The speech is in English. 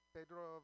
Pedro